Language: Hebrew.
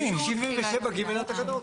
סעיף 77(ג) לתקנות.